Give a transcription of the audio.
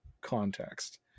context